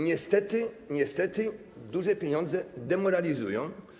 Niestety, niestety duże pieniądze demoralizują.